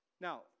Now